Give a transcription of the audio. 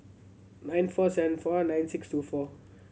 nine four seven four nine six two four